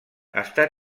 està